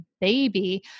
baby